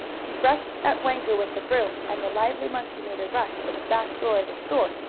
she brushed at wango with the broom, and the lively monkey made a rush for the back door of the store,